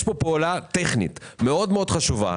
יש פה פעולה טכנית מאוד מאוד חשובה,